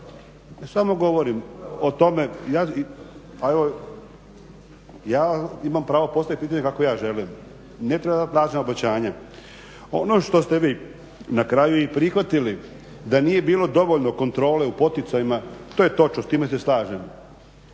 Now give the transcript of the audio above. ja imam pravo postaviti kako ja želim, ne treba dat lažna obećanja. Ono što ste vi na kraju i prihvatili da nije bilo dovoljno kontrole u poticajima to je točno, s time se slažem,